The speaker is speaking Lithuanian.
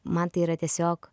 man tai yra tiesiog